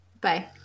Bye